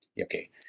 Okay